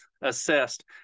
assessed